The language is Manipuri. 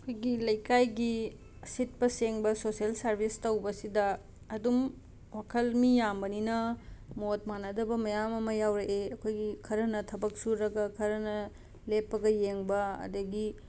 ꯑꯩꯈꯣꯏꯒꯤ ꯂꯩꯀꯥꯏꯒꯤ ꯁꯤꯠꯄ ꯁꯦꯡꯕ ꯁꯣꯁꯦꯜ ꯁꯔꯕꯤꯁ ꯇꯧꯕꯁꯤꯗ ꯑꯗꯨꯝ ꯋꯥꯈꯜ ꯃꯤ ꯌꯥꯝꯕꯅꯤꯅ ꯃꯣꯠ ꯃꯥꯟꯅꯗꯕ ꯃꯌꯥꯝ ꯑꯃ ꯌꯥꯔꯛꯑꯦ ꯑꯩꯈꯣꯏꯒꯤ ꯈꯔꯅ ꯊꯕꯛ ꯁꯨꯔꯒ ꯈꯔꯅ ꯂꯦꯞꯄꯒ ꯌꯦꯡꯕ ꯑꯗꯒꯤ